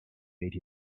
made